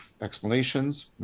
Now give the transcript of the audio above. explanations